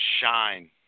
shine